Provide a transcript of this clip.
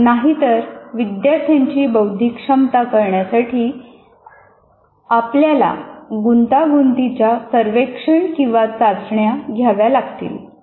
नाहीतर विद्यार्थ्यांची बौद्धिक क्षमता कळण्यासाठी आपल्याला गुंतागुंतीच्या सर्वेक्षण किंवा चाचण्या घ्याव्या लागतील